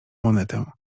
monetę